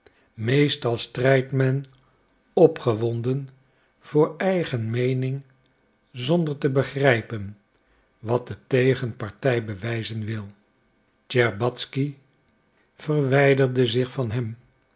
meestal strijdt men opgewonden voor eigen meening zonder te begrijpen wat de tegenpartij bewijzen wil tscherbatzky verwijderde zich van hem